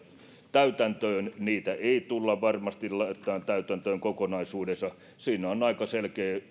täytäntöön niitä ei tulla varmasti laittamaan täytäntöön kokonaisuudessaan siinä on aika selkeä